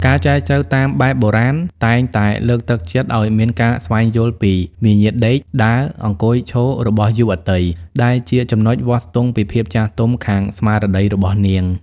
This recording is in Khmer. ការចែចូវតាមបែបបុរាណ តែងតែលើកទឹកចិត្តឱ្យមានការស្វែងយល់ពី "មាយាទដេក ដើរ អង្គុយ ឈរ" របស់យុវតី ដែលជាចំណុចវាស់ស្ទង់ពីភាពចាស់ទុំខាងស្មារតីរបស់នាង។